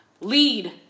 lead